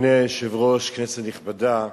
אדוני היושב-ראש, כנסת נכבדה,